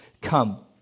come